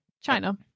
China